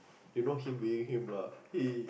you know him being him lah he